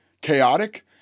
chaotic